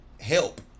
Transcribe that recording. help